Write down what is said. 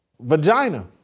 vagina